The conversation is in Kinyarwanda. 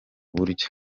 buryo